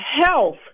health